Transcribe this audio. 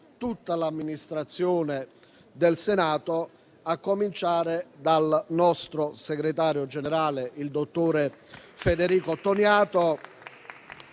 tutta l'Amministrazione del Senato, a cominciare dal nostro segretario generale, dottor Federico Toniato